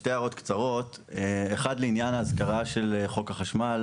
שתי הערות קצרות אחת לעניין ההזכרה של חוק החשמל.